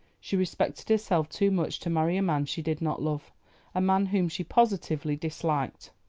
she respected herself too much to marry a man she did not love a man whom she positively disliked.